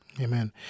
Amen